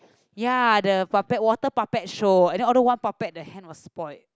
ya the puppet water puppet show and then one puppet the hand was spoilt